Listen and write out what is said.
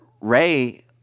ray